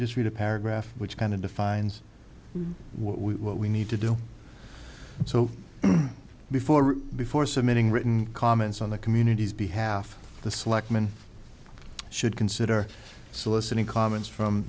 just read a paragraph which kind of defines what we need to do so before before submitting written comments on the community's behalf the selectmen should consider soliciting comments from